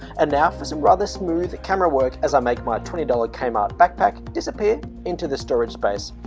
and now for some rather smooth camera work as i make my twenty dollars kmart backpack disappear into the storage space